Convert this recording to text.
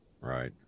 right